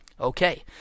Okay